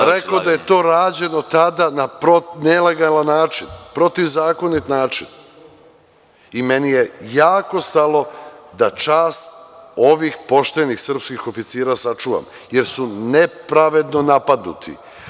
Ja nisam ni danas rekao da je to rađeno tada na nelegalan način, protivzakonit način i meni je jako stalo da čast ovih poštenih srpskih oficira sačuvam, jer su nepravedno napadnuti.